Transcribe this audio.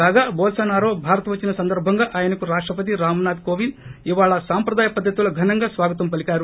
కాగా బోల్సనారో భారత్ వచ్చిన సందర్భంగా ఆయనకు రాష్టపతి రామ్నాథ్ కోవింద్ ఇవాళ సంప్రదాయ పద్దతిలో ఘనంగా స్వాగతం పలికారు